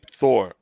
Thor